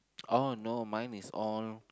oh no mine is all